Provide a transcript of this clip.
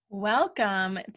Welcome